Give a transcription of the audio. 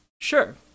sure